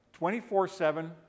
24-7